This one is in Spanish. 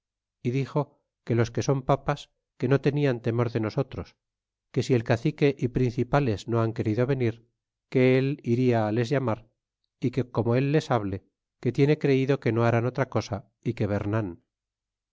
é dixo que los que son papas que no tenian temor de nosotros que si el cacique y principales no han querido venir que él iria les llamar y que como él les hable que tiene creido que no harán otra cosa y que vernn